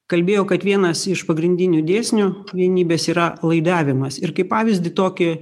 kalbėjo kad vienas iš pagrindinių dėsnių vienybės yra laidavimas ir kaip pavyzdį tokį